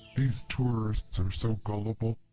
these tourists are so gullible.